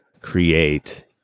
create